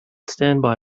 standby